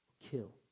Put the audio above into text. Kill